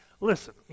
listen